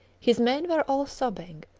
his men were all sobbing.